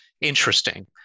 interesting